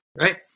right